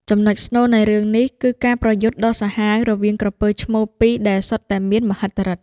ចំណុចស្នូលនៃរឿងនេះ គឺការប្រយុទ្ធដ៏សាហាវរវាងក្រពើឈ្មោលពីរ ដែលសុទ្ធតែមានមហិទ្ធិឫទ្ធិ។